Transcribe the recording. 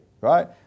right